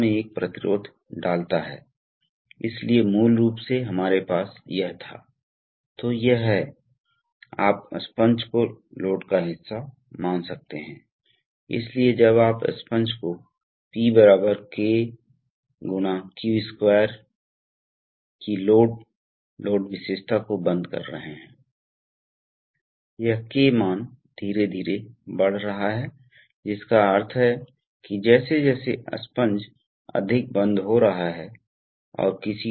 मुझे खेद है मुझे यह देखने दो कि यहाँ क्या है हाँ इसलिए स्पष्ट रूप से उस तंत्र के अलावा कंप्रेशर्स के लिए अन्य सहायक उपकरण की आवश्यकता होती है उदाहरण के लिए न्यूमेटिक्स प्रणालियों में सेल्फ लुब्रिकेशन बहुत महत्वपूर्ण है सबसे पहले क्योंकि वे हाइड्रोलिक की तरह लुब्रिकेशन नहीं करते हैं इसलिए आपके पास है यहाँ विशेष लुब्रिकेशन तंत्र है और दूसरा भी क्योंकि हवा में रिसाव की प्रवृत्ति वास्तव में तेल की प्रवृत्ति से बहुत अधिक है क्योंकि हवा में बहुत कम चिपचिपापन होता है और तेल में उच्च चिपचिपाहट होती है इसलिए तेल आसानी से हवा के रूप में बाहर रिसाव नहीं करता है